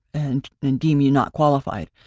and and deem you not qualified.